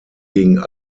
gegen